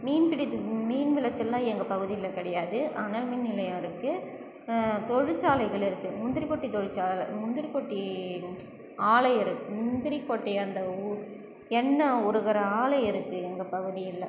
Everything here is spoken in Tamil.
மீன் பிடி மீன் விளைச்சல்லாம் எங்கள் பகுதியில் கிடையாது அனல்மின் நிலையம் இருக்குது தொழில்சாலைகள் இருக்குது முந்திரிக்கொட்டை தொழிற்சாலை முந்திரிக்கொட்டி ஆலை முந்திரிக்கொட்டை அந்த எண்ணெ உருகிற ஆலை இருக்குது எங்கள் பகுதியில்